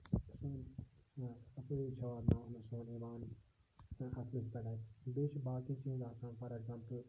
سٲنۍ یا صفٲیی چھَو واتناوان سون ایٖمان اَصلَس پٮ۪ٹھ اَسہِ بیٚیہِ چھِ باقٕے چیٖز آسان فار ایٚگزامپُل